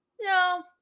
No